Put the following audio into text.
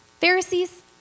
Pharisees